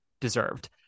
deserved